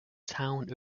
town